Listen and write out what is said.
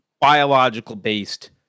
biological-based